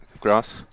Grass